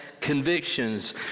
convictions